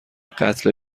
قتل